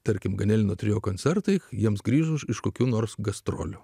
tarkim ganelino trio koncertai jiems grįžus iš kokių nors gastrolių